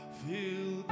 feel